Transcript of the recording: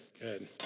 good